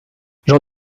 j’en